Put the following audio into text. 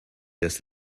das